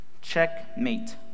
Checkmate